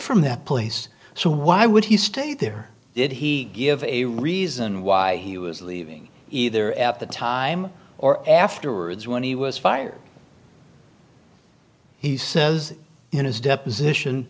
from that place so why would he stay there did he give a reason why he was leaving either at the time or afterwards when he was fired he says in his deposition